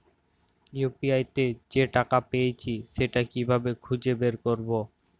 UPI তে যে টাকা পেয়েছি সেটা কিভাবে খুঁজে বের করবো?